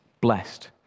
Blessed